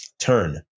Turn